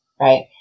Right